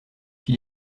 qui